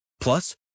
Plus